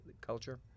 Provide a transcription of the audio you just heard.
culture